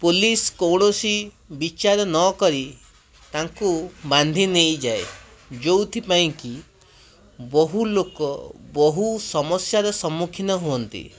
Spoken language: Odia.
ପୋଲିସ କୌଣସି ବିଚାର ନ କରି ତାଙ୍କୁ ବାନ୍ଧି ନେଇଯାଏ ଯେଉଁଥିପାଇଁ କି ବହୁଲୋକ ବହୁ ସମସ୍ୟାର ସମ୍ମୁଖୀନ ହୁଅନ୍ତି